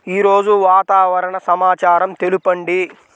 ఈరోజు వాతావరణ సమాచారం తెలుపండి